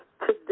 today